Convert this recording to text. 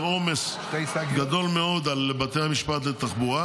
עומס גדול מאוד על בתי המשפט לתחבורה,